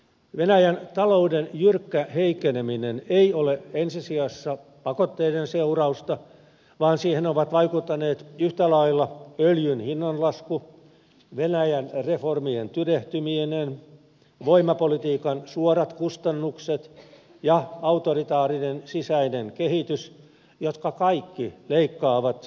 venäjän talouden jyrkkä heikkeneminen ei ole ensisijassa pakotteiden seurausta vaan siihen ovat vaikuttaneet yhtä lailla öljyn hinnanlasku venäjän reformien tyrehtyminen voimapolitiikan suorat kustannukset ja autoritaarinen sisäinen kehitys jotka kaikki leikkaavat kasvun mahdollisuuksia